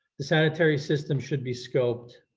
the sanitary system should be scoped,